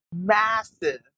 massive